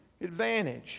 advantage